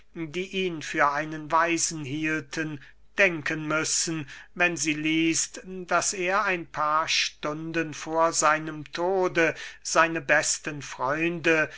die ihn für einen weisen hielten denken müssen wenn sie liest daß er ein paar stunden vor seinem tode seine besten freunde